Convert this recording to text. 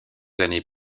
années